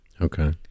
Okay